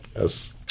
Yes